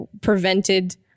prevented